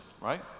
right